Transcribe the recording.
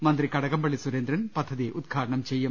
മന്ത്രി കടകംപള്ളി സൂരേന്ദ്രൻ പദ്ധതി ഉദ്ഘാടനം ചെയ്യും